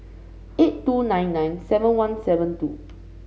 eight two nine nine seven one seven two